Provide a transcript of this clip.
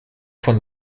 von